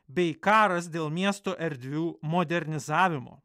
bei karas dėl miesto erdvių modernizavimo